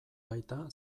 baita